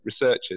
researchers